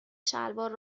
شلوار